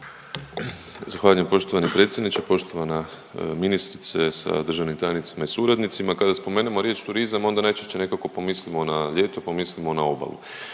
Zahvaljujem poštovani predsjedniče. Poštovana ministrice sa državnim tajnicima i suradnicima. Kada spomenemo riječ turizam onda najčešće nekako pomislimo na ljeto, pomislimo na obalu.